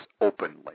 openly